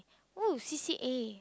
!wow! c_c_a